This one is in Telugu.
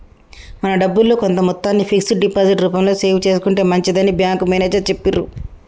మన డబ్బుల్లో కొంత మొత్తాన్ని ఫిక్స్డ్ డిపాజిట్ రూపంలో సేవ్ చేసుకుంటే మంచిదని బ్యాంకు మేనేజరు చెప్పిర్రు